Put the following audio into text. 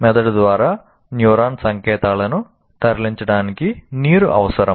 మెదడు ద్వారా న్యూరాన్ సంకేతాలను తరలించడానికి నీరు అవసరం